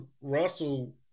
Russell